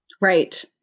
Right